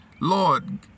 Lord